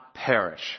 perish